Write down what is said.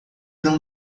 não